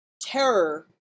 terror